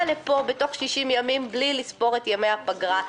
לפה בתוך 60 ימים בלי לספור את ימי הפגרה.